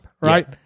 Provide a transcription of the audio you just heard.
right